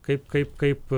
kaip kaip kaip